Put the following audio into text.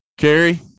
Carrie